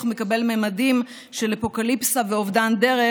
מקבל ממדים של אפוקליפסה ואובדן דרך.